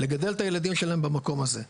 לגדל את הילדים שלהם במקום הזה.